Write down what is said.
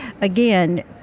again